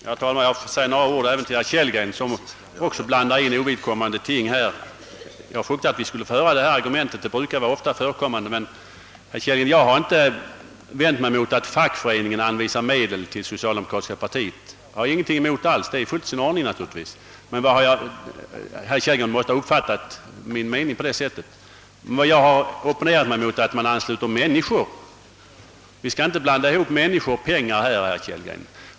Herr talman! Jag måste säga några ord även till herr Kellgren, som också han blandar in ovidkommande ting i diskussionen. Jag fruktade att vi skulle få höra det argument han anförde — det brukar ofta förekomma. Jag har inte vänt mig mot att fackföreningarna anvisar medel till socialdemokratiska partiet. Det är naturligtvis helt i sin ordning. Vad jag opponerat mig emot är att man ansluter människor. Vi skall inte blanda ihop människor och pengar, herr Kellgren.